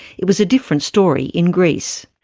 it was a different story in greece.